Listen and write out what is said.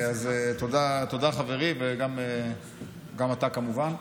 תודה, חברי, וגם אתה, כמובן.